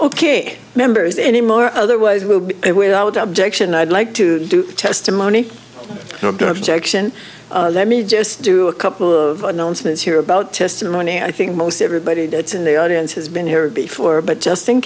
ok members anymore otherwise we'll be without objection i'd like to do the testimony not the objection let me just do a couple of announcements here about testimony i think most everybody that's in the audience has been here before but just